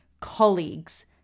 colleagues